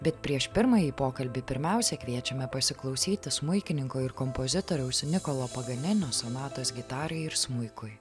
bet prieš pirmąjį pokalbį pirmiausia kviečiame pasiklausyti smuikininko ir kompozitoriaus nikolo paganinio sonatos gitarai ir smuikui